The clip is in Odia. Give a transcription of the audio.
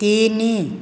ତିନି